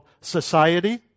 society